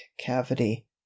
cavity